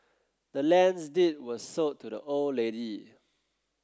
the land's deed was sold to the old lady